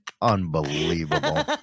unbelievable